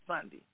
Sunday